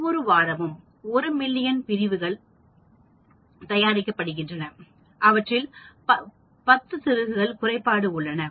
ஒவ்வொரு வாரமும் 1 மில்லியன் பிரிவுகள் தயாரிக்கப்படுகின்றன அவற்றில் 10 திருகுகள்குறைபாடு உள்ளன